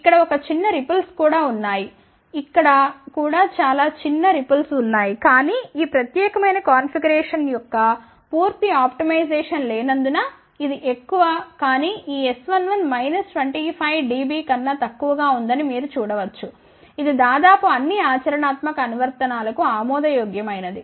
ఇక్కడ ఒక చిన్న రిపుల్స్ కూడా ఉన్నాయి ఇక్కడ కూడా చాలా చిన్న రిపుల్స్ ఉన్నాయి కానీ ఈ ప్రత్యేకమైన కాన్ఫిగరేషన్ యొక్క పూర్తి ఆప్టిమైజేషన్ లేనందున ఇది ఎక్కువ కానీ ఈS11 మైనస్ 25 dB కన్నా తక్కువగా ఉందని మీరు చూడ వచ్చు ఇది దాదాపు అన్ని ఆచరణాత్మక అనువర్తనాలకు ఆమోదయోగ్యమైనది